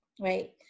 right